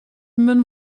men